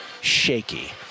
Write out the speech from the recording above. shaky